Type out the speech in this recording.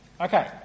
Okay